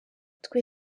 twe